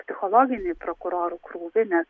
psichologinį prokurorų krūvį nes